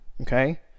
okay